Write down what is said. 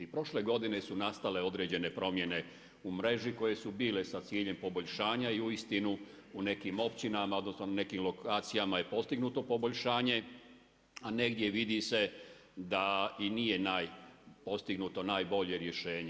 Prošle godine su nastale određene promjene u mreži, koje su bile sa ciljem poboljšanja i uistinu u nekim općinama, odnosno nekim lokacijama je postignuto poboljšanje, a negdje vidi se da i nije postignuto najbolje rješenje.